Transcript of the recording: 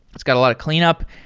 it's got a lot of clean up.